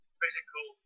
physical